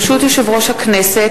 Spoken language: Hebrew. ברשות יושב-ראש הכנסת,